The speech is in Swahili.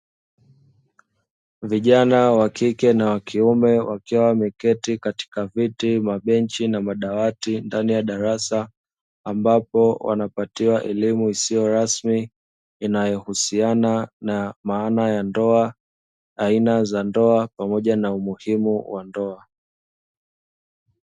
Vijana wa kike na wa kiume wakiwa wameketi katika viti, mabenchi na madawati ndani ya darasa, ambapo wanapatiwa elimu isiyo rasmi inayohusiana na maana ya ndoa, aina za ndoa pamoja na umuhimu wa ndoa.